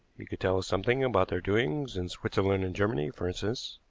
he could tell us something about their doings in switzerland and germany, for instance.